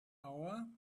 hour